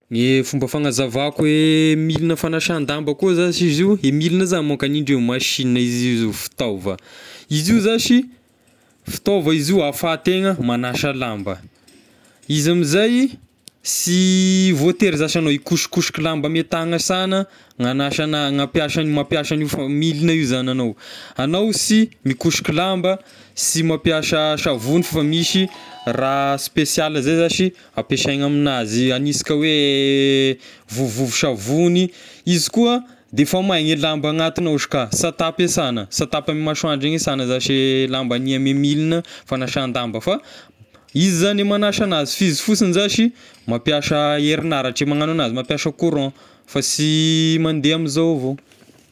Ny fomba fagnazavako e miligna fagnasan-damba koa zashy izy io, e miligna iza manko amindreo machine, izy io zao fitaova, izy io zashy fitaova izy io ahafahategna magnasa lamba, izy amin'zay sy voatery zashy agnao hikosokosoka lamba ame tagna sana na agnasa- hampiasa- mampiasa io miligna io zagny agnao, agnao sy mikosoko lamba, sy mampisa savony fa misy raha speciale zay zashy ampiasaigna aminazy haniasika hoe vovovo-savogny, izy koa de efa maigna ny lamba agnatiny ao izy ka sy atapy e sana, sy atapy ame masoandro igny sana zagny zashy lamba ny ame miligna fanasan-damba, fa izy zagny magnasa anazy fa izy fosigny sazhy mampiasa herinaratra magnana anazy ,mampiasa courant fa sy mandeha amy zao avao.